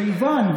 מכיוון,